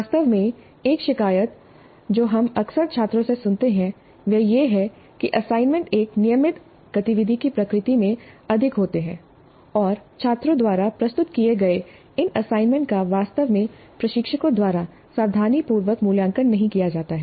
वास्तव में एक शिकायत जो हम अक्सर छात्रों से सुनते हैं वह यह है कि असाइनमेंट एक नियमित गतिविधि की प्रकृति में अधिक होते हैं और छात्रों द्वारा प्रस्तुत किए गए इन असाइनमेंट का वास्तव में प्रशिक्षकों द्वारा सावधानीपूर्वक मूल्यांकन नहीं किया जाता है